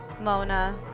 Mona